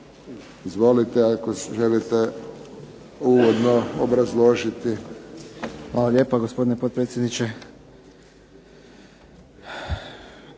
Izvolite, ako želite uvodno obrazložiti. **Dolenc, Hrvoje** Hvala lijepa, gospodine potpredsjedniče.